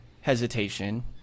hesitation